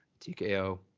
TKO